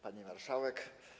Pani Marszałek!